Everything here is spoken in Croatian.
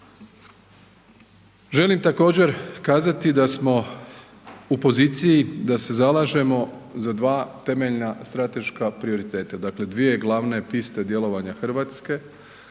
Želim također kazati da smo u poziciji da se zalažemo za dva temeljna strateška prioriteta, dakle dvije glavne piste djelovanja Hrvatske